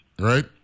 right